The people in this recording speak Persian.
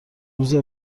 روز